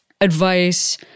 advice